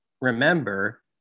remember